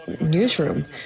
newsroom